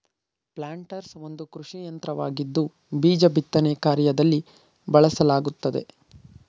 planters ಒಂದು ಕೃಷಿಯಂತ್ರವಾಗಿದ್ದು ಬೀಜ ಬಿತ್ತನೆ ಕಾರ್ಯದಲ್ಲಿ ಬಳಸಲಾಗುತ್ತದೆ